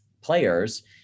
players